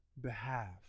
behalf